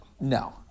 No